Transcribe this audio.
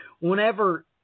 whenever